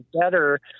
better